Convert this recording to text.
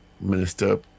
minister